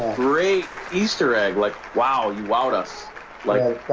great easter egg, like wow, you wowed us like yeah